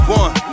one